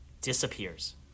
disappears